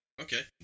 Okay